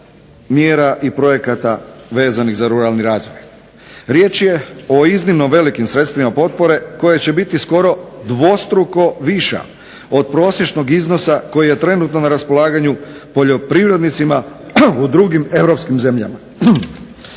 mjera i projekata vezanih za ruralni razvoj. Riječ je o iznimno velikim sredstvima potpore koje će biti skoro dvostruko viša od prosječnog iznosa koji je trenutno na raspolaganju poljoprivrednicima u drugim europskim zemljama.